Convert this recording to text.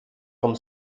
vom